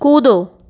कूदो